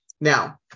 now